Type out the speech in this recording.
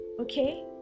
okay